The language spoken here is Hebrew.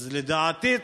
לדעתי,